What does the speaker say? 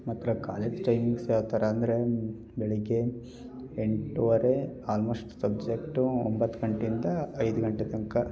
ಮಾತ್ರ college timings ಯಾವ ಥರ ಅಂದರೆ ಬೆಳಿಗ್ಗೆ ಎಂಟುವರೆ ಆಲ್ಮೋಸ್ಟ್ ಸಬ್ಜೆಕ್ಟು ಒಂಬತ್ತು ಗಂಟೆಯಿಂದ ಐದು ಗಂಟೆ ತನಕ